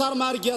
השר מרגי,